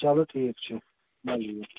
چلو ٹھیٖک چھُ مہٕ یِیِو